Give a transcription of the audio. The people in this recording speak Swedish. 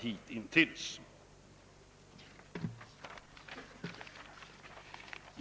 till cirka 3 procent av företagsbeståndet.